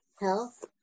health